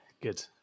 good